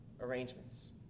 arrangements